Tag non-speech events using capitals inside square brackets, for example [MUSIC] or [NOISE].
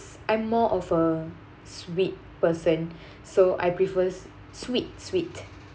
I'm more of a sweet person [BREATH] so I prefers sweet sweet